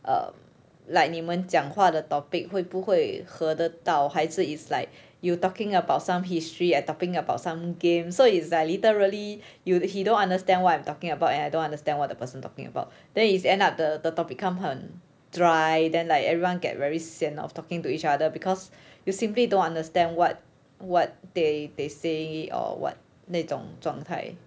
err like 你们讲话的 topic 会不会和得到还是 is like you talking about some history I talking about some game so is like literally you he don't understand what I'm talking about and I don't understand what the person talking about then is end up the topic become 很 dry then like everyone get very sian of talking to each other because you simply don't understand what what they they say or what 那种状态